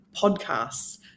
podcasts